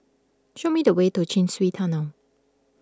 show me the way to Chin Swee Tunnel